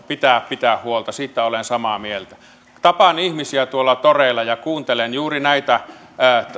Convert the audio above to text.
pitää pitää huolta siitä olen samaa mieltä tapaan ihmisiä tuolla toreilla ja kuuntelen juuri näitä